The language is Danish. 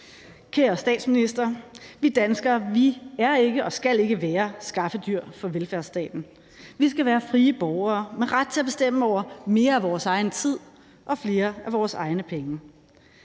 Kære statsminister, vi danskere er ikke og skal ikke være skaffedyr for velfærdsstaten. Vi skal være frie borgere med ret til at bestemme over mere af vores egen tid og flere af vores egne penge.